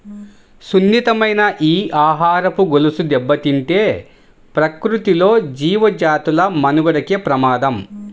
సున్నితమైన ఈ ఆహారపు గొలుసు దెబ్బతింటే ప్రకృతిలో జీవజాతుల మనుగడకే ప్రమాదం